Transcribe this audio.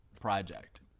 project